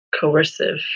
coercive